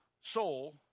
soul